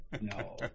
no